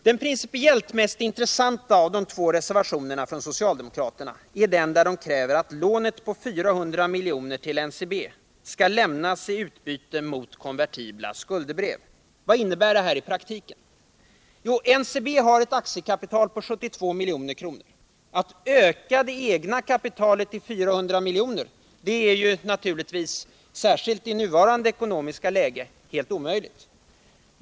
Den principiellt mest intressanta av de två reservationerna från socialdemokraterna är den där de kräver, att lånet på 400 miljoner till NCB skall lämnas i utbyte mot konvertibla skuldebrev. Vad innebär detta i praktiken? Jo, NCB har ett aktiekapital på 72 milj.kr. Att öka det egna kapitalet till 400 milj.kr. är naturligtvis — särskilt i nuvarande ekonomiska läge — helt omöjligt.